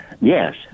Yes